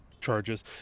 charges